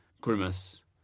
grimace